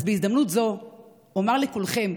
אז בהזדמנות זו אומר לכולכם,